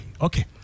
okay